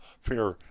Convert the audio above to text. fair